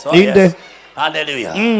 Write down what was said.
Hallelujah